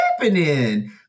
happening